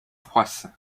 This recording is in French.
froisse